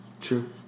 True